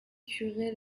curé